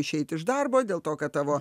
išeiti iš darbo dėl to kad tavo